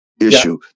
issue